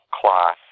cloth